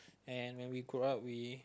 and when we grow up we